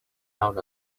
out